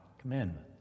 commandments